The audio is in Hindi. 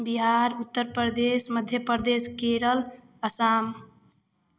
बिहार उत्तर प्रदेश मध्य प्रदेश केरल असम